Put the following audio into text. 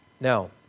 Now